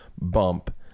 bump